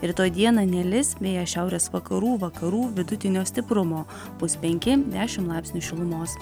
rytoj dieną nelis vėjas šiaurės vakarų vakarų vidutinio stiprumo bus penki dešimt laipsnių šilumos